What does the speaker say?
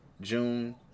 June